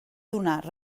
donar